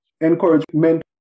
encouragement